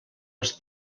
als